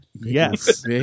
Yes